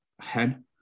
hen